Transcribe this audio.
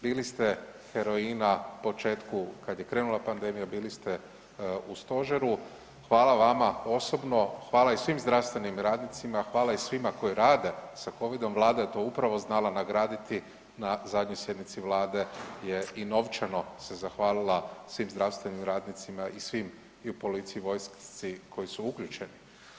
Bili ste heroina početku kad je krenula pandemija, bili ste u stožeru, hvala vama osobno, hvala i svima zdravstvenim radnicima, hvala i svima koji rade sa Covidom, Vlada je to upravo znala nagraditi na zadnjoj sjednici Vlade je i novčano se zahvalila svim zdravstvenim radnicima i svim i u policiji, vojsci koji su uključeni.